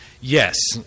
Yes